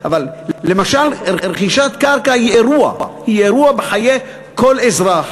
אבל למשל רכישת קרקע היא אירוע בחיי כל אזרח,